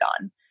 on